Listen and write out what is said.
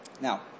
Now